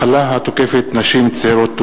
מחלה התוקפת נשים צעירות,